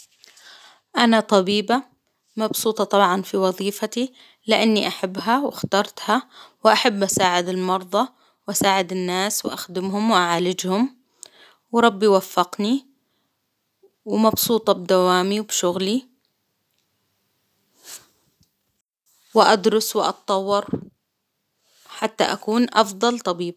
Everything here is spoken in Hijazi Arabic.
أنا طبيبة مبسوطة طبعا في وظيفتي، لإني أحبها وأخترتها، وأحب أساعد المرضى، وأساعد الناس وأخدمهم وأعالجهم، وربي وفقني، ومبسوطة بدوامي وبشغلي، وأدرس وأتطور حتى أكون أفضل طبيبة.